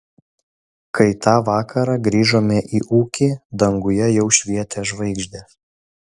kai tą vakarą grįžome į ūkį danguje jau švietė žvaigždės